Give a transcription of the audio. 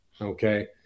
okay